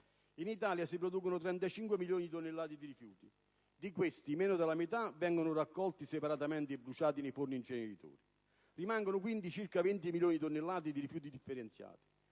In Italia si producono 35 milioni di tonnellate di rifiuti. Di questi, meno della metà vengono raccolti separatamente e bruciati nei forni inceneritori. Rimangono, quindi, circa 20 milioni di tonnellate di rifiuti indifferenziati.